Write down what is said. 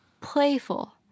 playful